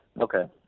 Okay